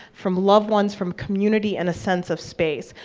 from loved ones, from community and a sense of space.